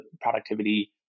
productivity